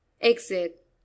exit